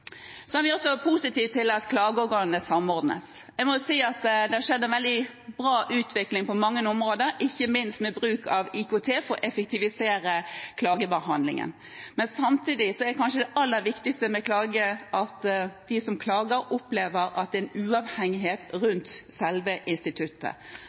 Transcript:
så hurtig utvikling innenfor dette området, at vi er nødt til å få gode premisser med tanke på de valgene vi som sitter i denne salen, skal gjøre. Vi er også positive til at klageorganene samordnes. Jeg må jo si at det har skjedd en veldig bra utvikling på mange områder, ikke minst med bruk av IKT for å effektivisere klagebehandlingen. Samtidig er kanskje det